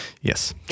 Yes